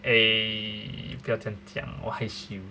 eh 不要这样讲我害羞